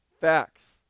facts